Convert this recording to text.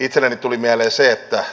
itselleni tuli mieleen se että